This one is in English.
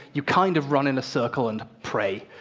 you kind of run in a circle and pray.